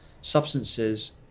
substances